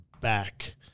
back